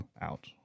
out